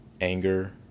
anger